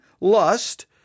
lust